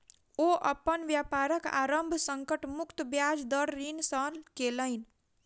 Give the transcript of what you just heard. ओ अपन व्यापारक आरम्भ संकट मुक्त ब्याज दर ऋण सॅ केलैन